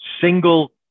single